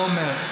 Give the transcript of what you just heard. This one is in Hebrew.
לא אומר.